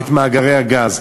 תודה רבה.